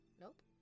Nope